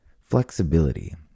Flexibility